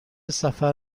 سفر